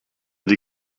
die